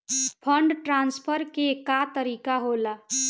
Fund transfer के का तरीका होला?